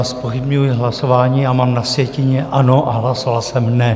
Zpochybňuji hlasování, mám na sjetině ano a hlasoval jsem ne.